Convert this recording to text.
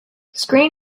screen